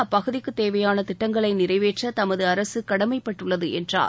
அப்பகுதிக்குத் தேவையாள திட்டங்களை நிறைவேற்ற தமது அரசு கடமைப்பட்டுள்ளது என்றார்